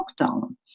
lockdown